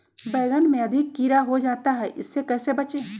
बैंगन में अधिक कीड़ा हो जाता हैं इससे कैसे बचे?